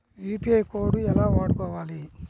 UPI code ఎలా వాడుకోవాలి?